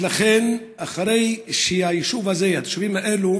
ולכן, אחרי שהיישוב הזה, התושבים האלה